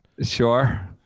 Sure